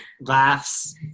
laughs